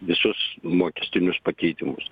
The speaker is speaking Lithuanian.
visus mokestinius pakeitimus